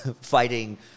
fighting—